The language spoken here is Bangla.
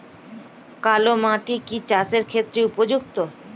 কালো মাটি কি চাষের ক্ষেত্রে উপযুক্ত?